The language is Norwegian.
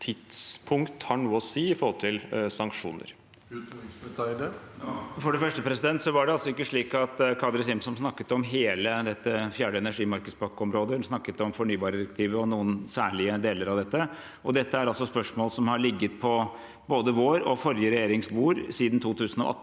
For det første var det ikke slik at Kadri Simson snakket om hele fjerde energimarkedspakke-området, hun snakket om fornybardirektivet og noen særlige deler av dette. Dette er spørsmål som har ligget på både vårt og forrige regjerings bord siden 2018.